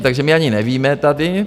Takže my ani nevíme tady...